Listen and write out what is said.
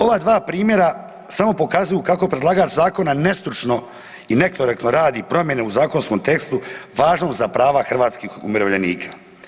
Ova dva primjera samo pokazuju kako predlagač zakona nestručno i nekorektno radi promjene u zakonskom tekstu važnog za prava hrvatskih umirovljenika.